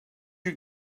you